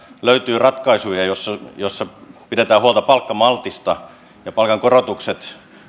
löytyy ratkaisuja joissa pidetään huolta palkkamaltista ja palkankorotukset